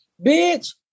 bitch